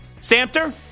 Samter